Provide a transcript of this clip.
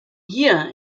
hier